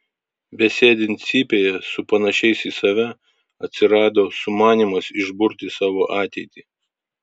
besėdint cypėje su panašiais į save atsirado sumanymas išburti savo ateitį